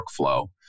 workflow